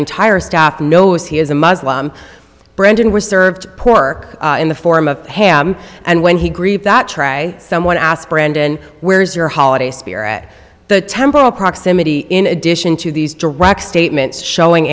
entire staff knows he is a muslim brandon was served pork in the form of ham and when he grieved that someone asked brandon where's your holiday spirit the temporal proximity in addition to these direct statements showing